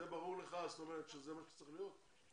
זה ברור לך שזה מה שצריך להיות?